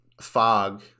fog